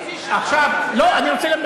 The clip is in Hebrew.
אני רוצה לומר